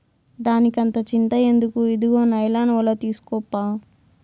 దానికంత చింత ఎందుకు, ఇదుగో నైలాన్ ఒల తీస్కోప్పా